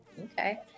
okay